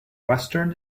western